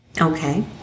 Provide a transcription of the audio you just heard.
Okay